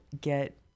get